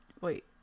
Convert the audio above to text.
Wait